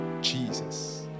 jesus